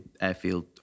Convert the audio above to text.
airfield